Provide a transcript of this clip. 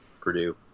Purdue